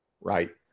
right